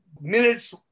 minutes